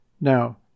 Now